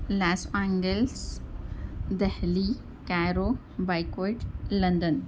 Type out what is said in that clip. لاس Angeles Delhi Cairo بائیکیوٹ London